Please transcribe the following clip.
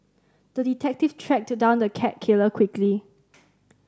the detective tracked down the cat killer quickly